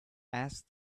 ask